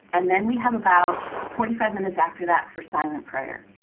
and then we have about forty five minutes after that for silent prayer.